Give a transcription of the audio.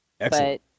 Excellent